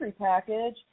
package